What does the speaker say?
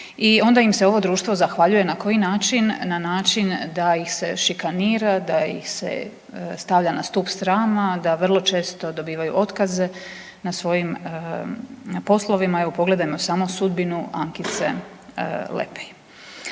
i onda im se ovo društvo zahvaljuje, na koji način? Na način da ih se šikanira, da ih se stavlja na stup srama, da vrlo često dobivaju otkaze na svojim poslovima, evo, pogledajmo samo sudbinu Ankice Lepej.